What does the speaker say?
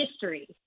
history